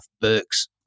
Burks